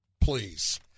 please